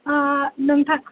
औ नोंथां